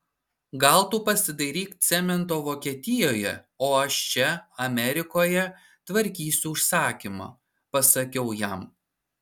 gal tu pasidairyk cemento vokietijoje o aš čia amerikoje tvarkysiu užsakymą pasakiau jam